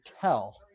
tell